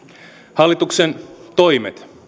hallituksen toimet